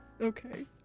Okay